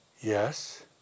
Yes